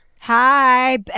Hi